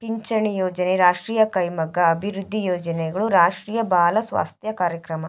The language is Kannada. ಪಿಂಚಣಿ ಯೋಜನೆ ರಾಷ್ಟ್ರೀಯ ಕೈಮಗ್ಗ ಅಭಿವೃದ್ಧಿ ಯೋಜನೆಗಳು ರಾಷ್ಟ್ರೀಯ ಬಾಲ ಸ್ವಾಸ್ತ್ಯ ಕಾರ್ಯಕ್ರಮ